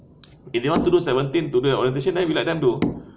if they want to do seventeen to be orientation then we let them do